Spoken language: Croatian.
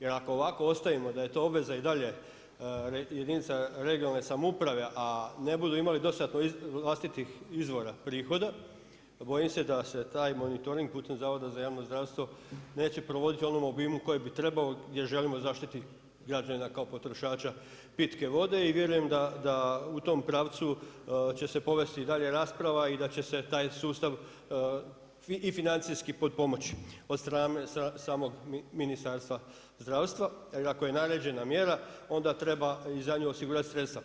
Jer ako ovako ostavimo da je to obveza i dalje jedinica regionalne samouprave a ne budu imali dostatno vlastitih izvora prihoda bojim se da se taj monitorig putem Zavoda za javno zdravstvo neće provoditi u onom obimu koje bi trebao gdje želimo zaštiti građanina kao potrošača pitke vode i vjerujem da u tom pravcu će se povesti i dalje rasprava i da će se taj sustav i financijski potpomoći od strane samog Ministarstva zdravstva jer ako je naređena mjera onda treba i za nju osigurati sredstva.